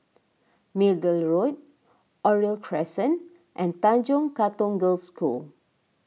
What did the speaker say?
Middle Road Oriole Crescent and Tanjong Katong Girls' School